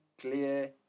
clear